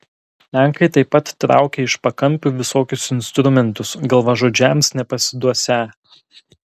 lenkai taip pat traukia iš pakampių visokius instrumentus galvažudžiams nepasiduosią